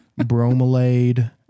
bromelade